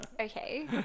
Okay